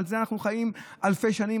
על זה אנחנו חיים אלפי שנים,